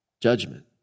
judgment